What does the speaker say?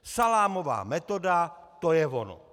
Salámová metoda, to je ono!